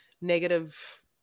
negative